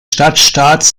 stadtstaats